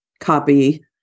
copy